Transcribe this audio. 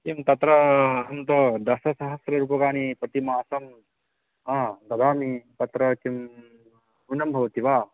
एवं तत्र अहन्तु दशसहस्ररूप्यकाणि प्रति मासं ददामि तत्र किं न्यूनं भवति वा